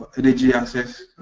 energy access